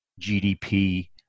GDP